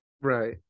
Right